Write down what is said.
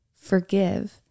forgive